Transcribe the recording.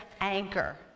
anchor